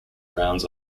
rounds